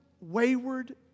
wayward